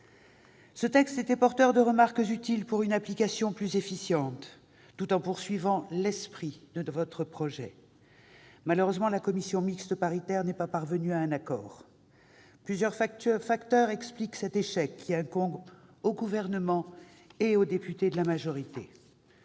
Ce texte était porteur de remarques utiles pour une application plus efficiente, tout en poursuivant l'esprit de votre projet. Malheureusement, la commission mixte paritaire n'est pas parvenue à un accord. Plusieurs facteurs expliquent cet échec qui incombe au Gouvernement et aux députés de la majorité.